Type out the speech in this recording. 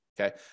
okay